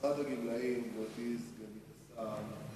משרד הגמלאים, גברתי סגנית השר,